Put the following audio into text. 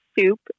soup